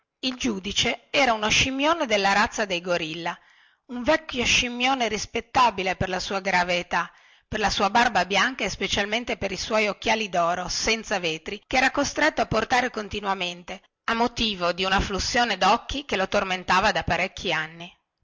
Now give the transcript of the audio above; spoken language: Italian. il giudice era uno scimmione della razza dei gorilla un vecchio scimmione rispettabile per la sua grave età per la sua barba bianca e specialmente per i suoi occhiali doro senza vetri che era costretto a portare continuamente a motivo di una flussione docchi che lo tormentava da parecchi anni